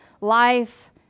life